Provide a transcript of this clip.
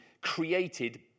created